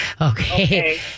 Okay